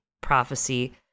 prophecy